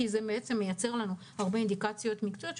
כי זה מייצר לנו הרבה אינדיקציות מקצועיות,